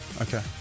Okay